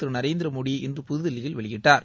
திரு நரேந்திரமோடி இன்று புதுதில்லியில் வெளியிட்டார்